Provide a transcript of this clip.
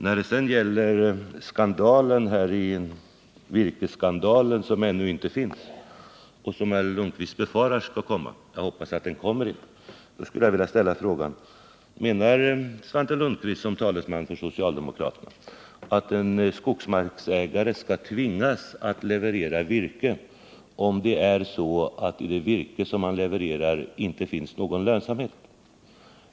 När det gäller den virkesskandal som ännu inte finns — och som jag hoppas inte skall komma — men som herr Lundkvist befarar skall komma vill jag ställa frågan: Menar Svante Lundkvist, som talesman för socialdemokraterna, att en skogsmarksägare skall tvingas leverera virke, även om det i virket inte finns någon lönsamhet?